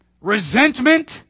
resentment